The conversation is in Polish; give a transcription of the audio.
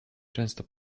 często